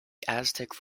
aztec